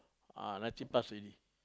ah ninety plus already